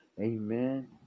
Amen